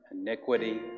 iniquity